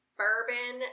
bourbon